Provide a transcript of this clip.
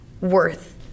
worth